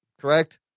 correct